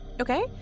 Okay